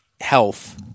health